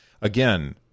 Again